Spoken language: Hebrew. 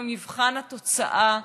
ומבחן התוצאה,